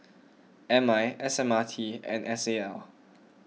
M I S M R T and S A L